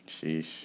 Sheesh